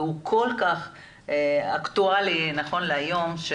והוא כל כך אקטואלי נכון להיום.